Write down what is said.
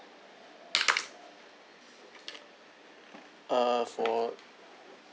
uh for